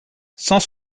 cent